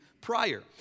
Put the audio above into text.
prior